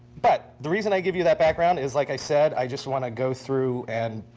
but the reason i give you that background is, like i said, i just want to go through and